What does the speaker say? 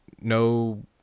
no